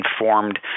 informed